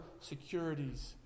securities